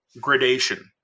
gradation